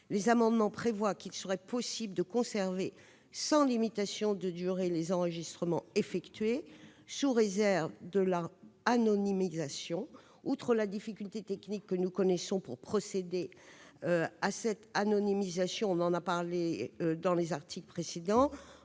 essentielle. Enfin, il serait possible de conserver sans limitation de durée les enregistrements effectués, sous réserve de leur anonymisation. Outre la difficulté technique que nous connaissons pour procéder à cette anonymisation- nous en avons débattu au sujet des articles précédents